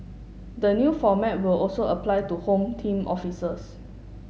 the new format will also apply to Home Team officers